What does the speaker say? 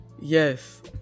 Yes